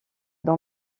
dans